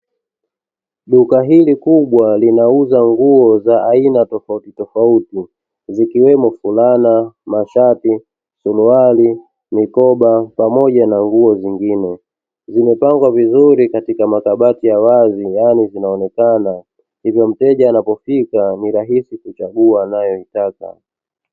Duka hili kubwa linauza nguo za aina tofautitofauti, zikiwemo: fulana, mashati, suruali, mikoba pamoja na nguo zingine. Zimepangwa vizuri katika makabati ya wazi yaani zinaonekana, hivyo mteja anapofika ni rahisi kuchagua anayoitaka.